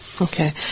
Okay